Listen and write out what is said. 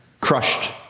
crushed